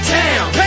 town